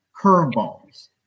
curveballs